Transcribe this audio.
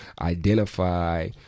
identify